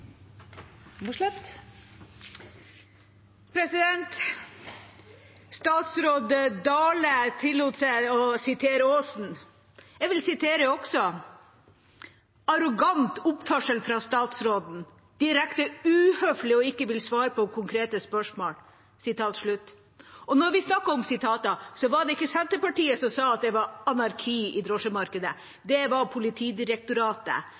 bruk. Statsråd Dale tillot seg å sitere Aasen. Jeg vil også sitere – Arrogant oppførsel fra statsråden. Direkte uhøflig å ikke ville svare på konkrete spørsmål. Når vi snakker om sitater: Det var ikke Senterpartiet som sa at det var anarki i drosjemarkedet. Det var Politidirektoratet.